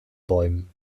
bäumen